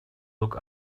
look